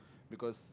because